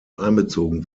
einbezogen